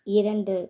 இரண்டு